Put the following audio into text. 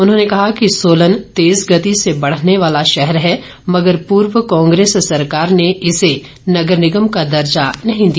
उन्होंने कहा कि सोलन तेज गति से बढ़ने वाला शहर है मगर पूर्व कांग्रे सरकार ने इसे नगर निगम का दर्जा नहीं दिया